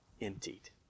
emptied